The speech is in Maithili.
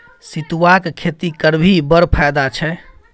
सितुआक खेती करभी बड़ फायदा छै